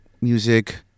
music